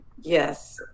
Yes